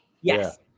Yes